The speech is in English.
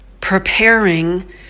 preparing